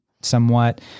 somewhat